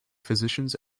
physicians